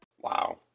Wow